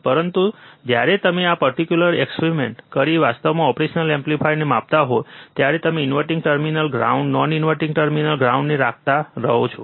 પરંતુ જ્યારે તમે આ પર્ટીક્યુલર એક્સપેરિમેન્ટ કરીને વાસ્તવમાં ઓપરેશનલ એમ્પ્લીફાયરને માપતા હોય ત્યારે તમે inverting terminal ground non inverting terminal ગ્રાઉન્ડને રાખતા રહો છો